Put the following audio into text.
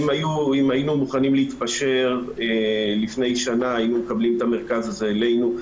אם היינו מוכנים להתפשר לפני שנה היינו מקבלים את המרכז הזה אלינו.